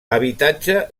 habitatge